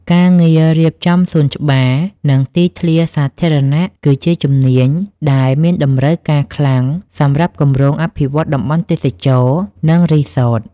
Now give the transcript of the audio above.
ការងាររៀបចំសួនច្បារ និងទីធ្លាសាធារណៈ គឺជាជំនាញដែលមានតម្រូវការខ្លាំងសម្រាប់គម្រោងអភិវឌ្ឍន៍តំបន់ទេសចរណ៍ និងរីសត។